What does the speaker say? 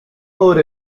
ağır